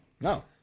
No